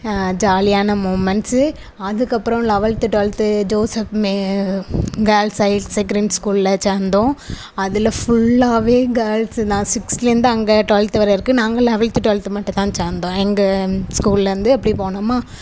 ஜாலியான மூமெண்ட்ஸ்ஸு அதுக்கப்புறம் eleventh twelfth Joseph மே கேர்ள்ஸ் ஹையர் செகண்டரி ஸ்கூலில் சேர்ந்தோம் அதில் ஃபுல்லாகவே கேர்ள்ஸ்ஸு தான் சிக்ஸ்த்லேருந்து அங்கே ட்வெல்த் வரை வரைக்கும் நாங்கள் லவெல்த்து ட்வெல்த்து மட்டும் தான் சேர்ந்தோம் எங்கள் ஸ்கூலிலேருந்து அப்படியே போனோமா